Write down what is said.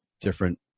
different